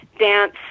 dance